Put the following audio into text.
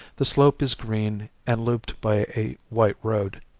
the slope is green and looped by a white road.